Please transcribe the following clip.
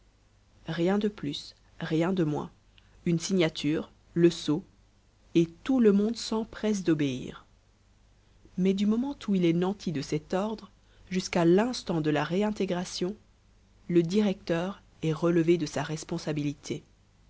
rien de plus rien de moins une signature le sceau et tout le monde s'empresse d'obéir mais du moment où il est nanti de cet ordre jusqu'à l'instant de la réintégration le directeur est relevé de sa responsabilité